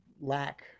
lack